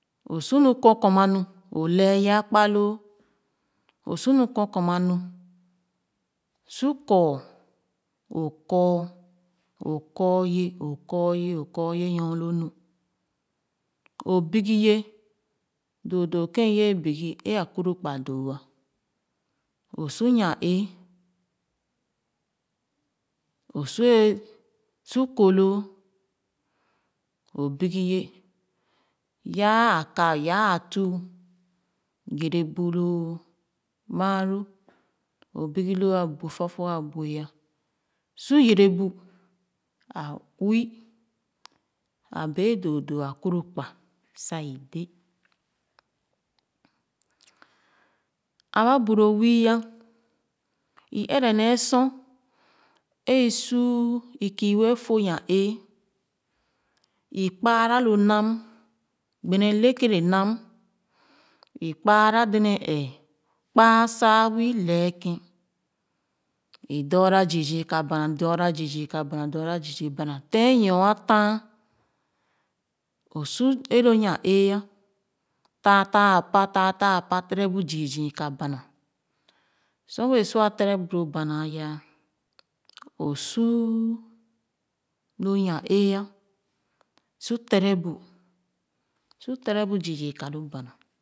O sor nu kɔ̄kɔn-ma nu o lɛɛ ye a kpa loo o sor nu kɔ o kɔn-ma su kɔ o kɔ o kɔ ye o kɔ ye nyo lo nu o bigi ye doo doo kèn i ye bigi e akpuki kpa doo ah o su nyan-e’e o sua su ko loo a bigi ye yaa aka ya a fuu yere bu loo maaloo o bigi lo abuɛ̄ fufu abuɛ su yere bu a uwi a bèè doo doo akpumukpa sa i de aba bu lo wii ah i ɛrɛ nee sor ē i suu i kii wɛɛ fo yan-ee i kpara lu nam gbene le kere nam i kpara dèdèn ɛɛ kpaa a saa wii lɛɛ kèn i dɔra zii ka bana dɔra zii zii ka bana dɔra zii zii bana tèn nyo a taah o su ē lo yan-ee taa taa a pà taataa apa tere bu zii zii ka bana sor wɛɛ sua tere bu loo bana aya o suu lo yan-ee su tere bu su tere bu zii ka lo bana.